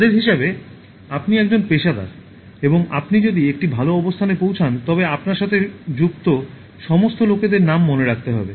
তাদের হিসাবে আপনি একজন পেশাদার এবং আপনি যদি একটি ভাল অবস্থানে পৌঁছান তবে আপনার সাথে যুক্ত সমস্ত লোকের নাম মনে রাখতে হবে